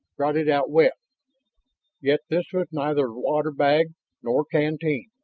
brought it out wet yet this was neither water bag nor canteen.